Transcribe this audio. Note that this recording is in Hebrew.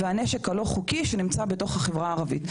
והנשק הלא חוקי שנמצא בתוך החברה הערבית.